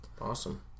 Awesome